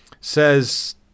says